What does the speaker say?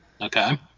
Okay